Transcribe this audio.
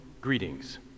greetings